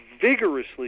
vigorously